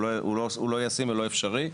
הוא לא ישים ולא אפשרי.